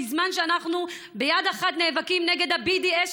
בזמן שאנחנו ביד אחת נאבקים נגד ה-BDS,